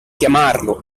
chiamarlo